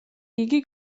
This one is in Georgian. იგი